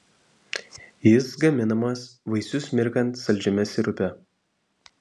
jis gaminamas vaisius mirkant saldžiame sirupe